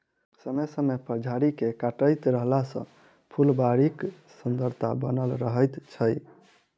समय समय पर झाड़ी के काटैत रहला सॅ फूलबाड़ीक सुन्दरता बनल रहैत छै